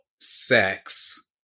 sex